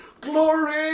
Glory